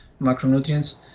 macronutrients